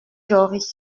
jory